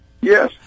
Yes